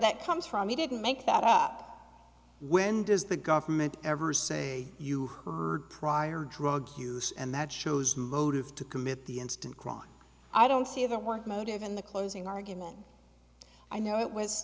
that comes from you didn't make that up when does the government ever say you prior drug use and that shows motive to commit the instant crime i don't see the word motive in the closing argument i know it was